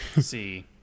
See